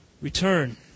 return